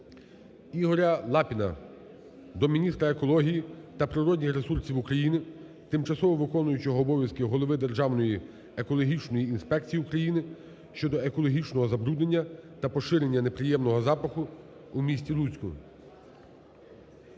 Ігоря Лапіна до міністра екології та природних ресурсів України, тимчасово виконуючого обов'язки голови Державної екологічної інспекції України щодо екологічного забруднення та поширення неприємного запаху у місті Луцьку.